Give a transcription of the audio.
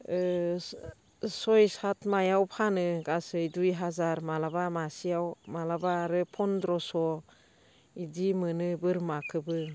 सय सात मासाव फानो गासै दुइ हाजार माब्लाबा मासेयाव माब्लाबा आरो पन्द्रस' बिदि मोनो बोरमाखौबो